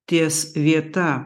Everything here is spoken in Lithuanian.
ties vieta